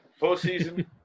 Postseason